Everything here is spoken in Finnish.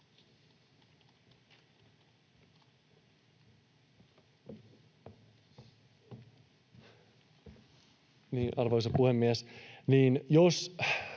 Arvoisa puhemies!